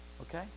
Okay